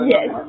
Yes